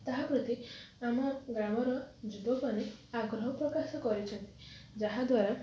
ତାହା ପ୍ରତି ଆମ ଗ୍ରାମର ଯୁବକମାନେ ଆଗ୍ରହ ପ୍ରକାଶ କରିଛନ୍ତି ଯାହା ଦ୍ୱାରା